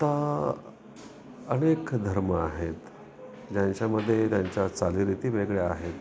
आता अनेक धर्म आहेत ज्यांच्यामध्ये त्यांच्या चालीरीती वेगळ्या आहेत